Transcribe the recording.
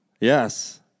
Yes